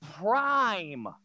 Prime